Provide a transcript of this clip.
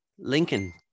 Lincoln